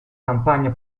campagna